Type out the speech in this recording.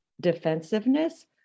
defensiveness